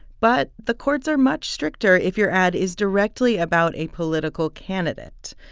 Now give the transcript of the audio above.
but the courts are much stricter if your ad is directly about a political candidate,